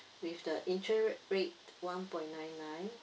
with the interest rate one point nine nine